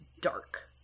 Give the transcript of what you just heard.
dark